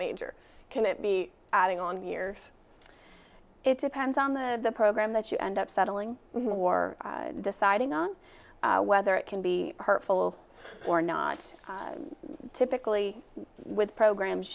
major can it be adding on years it depends on the program that you end up settling more deciding on whether it can be hurtful or not typically with programs